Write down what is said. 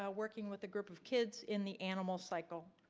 um working with a group of kids in the animal cycle.